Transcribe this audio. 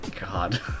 God